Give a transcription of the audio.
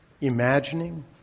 imagining